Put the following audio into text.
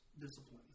disciplines